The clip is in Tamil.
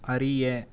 அறிய